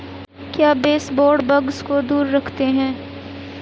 क्या baseboard bugs को दूर रखते हैं?